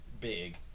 big